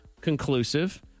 conclusive